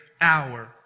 hour